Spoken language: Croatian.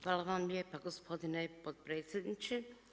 Hvala vam lijepa, gospodine potpredsjedniče.